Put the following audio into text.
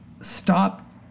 stop